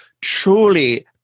truly